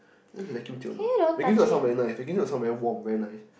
this is a vacuum tube loh they give you the song very nice they give you the song very warm very nice